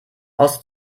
aus